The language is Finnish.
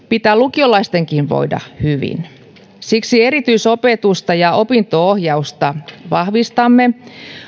pitää lukiolaistenkin voida hyvin siksi vahvistamme erityisopetusta ja opinto ohjausta